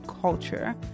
culture